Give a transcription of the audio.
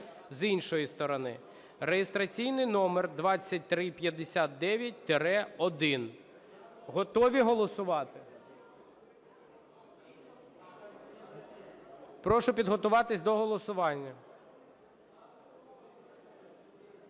з іншої сторони (реєстраційний номер 2359-1). Готові голосувати? Прошу підготуватись до голосування.